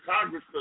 Congress